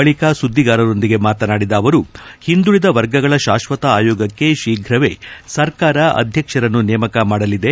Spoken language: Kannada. ಬಳಿಕ ಸುದ್ಗಿಗಾರರೊಂದಿಗೆ ಮಾತನಾಡಿದ ಅವರು ಹಿಂದುಳಿದ ವರ್ಗಗಳ ಶಾಶ್ವತ ಆಯೋಗಕ್ಕೆ ಶೀಘ್ರವೇ ಸರ್ಕಾರ ಅಧ್ಯಕ್ಷರನ್ನು ನೇಮಕ ಮಾಡಲಿದೆ